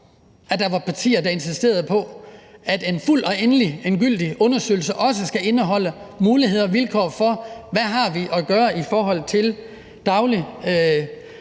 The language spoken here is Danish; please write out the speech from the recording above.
at der var partier, der insisterede på, at en fuld og endegyldig undersøgelse også skal indeholde muligheder og vilkår for, hvad vi har at gøre i forhold til daglig